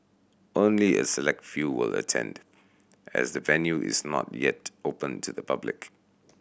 only a select few will attend as the venue is not yet open to the public